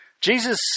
Jesus